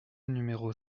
numéros